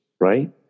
right